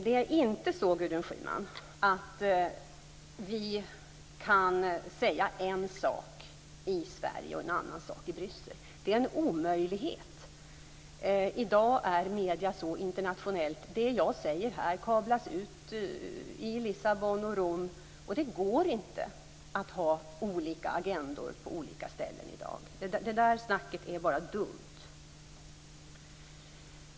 Det är inte så, Gudrun Schyman, att vi kan säga en sak i Sverige och en annan sak i Bryssel. Det är en omöjlighet. I dag är medierna så internationella. Det jag säger här kablas ut i Lissabon och Rom. Det går inte att i dag ha olika agendor på olika ställen. Det snacket är bara dumt.